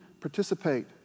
participate